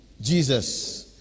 Jesus